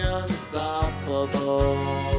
unstoppable